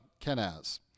Kenaz